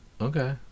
Okay